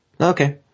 okay